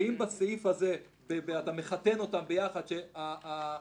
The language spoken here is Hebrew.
ובסעיף הזה אתה מחתן אותם ביחד כך